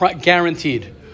guaranteed